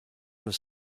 was